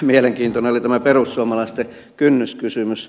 mielenkiintoinen oli tämä perussuomalaisten kynnyskysymys